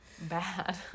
Bad